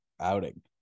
outing